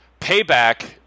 payback